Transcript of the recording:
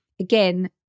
Again